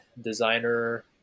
designer